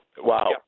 Wow